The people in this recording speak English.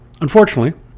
Unfortunately